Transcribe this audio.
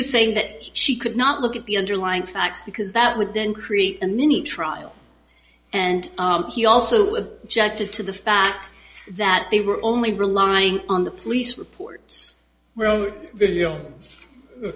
was saying that she could not look at the underlying facts because that would then create a mini trial and she also a judge to to the fact that they were only relying on the police reports well the